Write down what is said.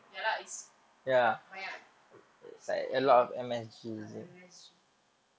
ya lah it's banyak M~ ah M_S_G